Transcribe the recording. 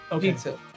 pizza